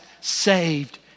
saved